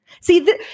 see